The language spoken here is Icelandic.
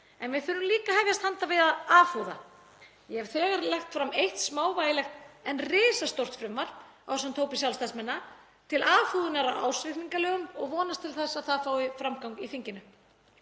En við þurfum líka að hefjast handa við að afhúða. Ég hef þegar lagt fram eitt smávægilegt en risastórt frumvarp ásamt hópi sjálfstæðismanna, til afhúðunar á ársreikningalögum og vonast til að það fái framgang í þinginu.